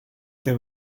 there